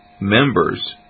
members